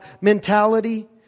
mentality